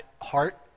heart